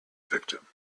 victim